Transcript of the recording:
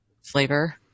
flavor